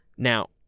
Now